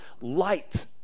light